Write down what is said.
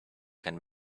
can